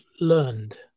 learned